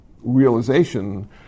realization